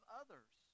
others